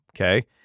okay